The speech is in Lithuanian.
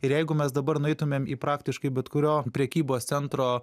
ir jeigu mes dabar nueitumėm į praktiškai bet kurio prekybos centro